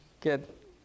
get